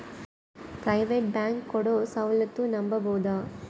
Private bank ಕೊಡೊ ಸೌಲತ್ತು ನಂಬಬೋದ?